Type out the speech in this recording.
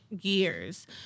years